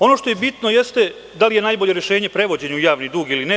Ono što je bitno jeste da li je najbolje rešenje prevođenje u javni dug ili ne.